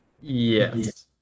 Yes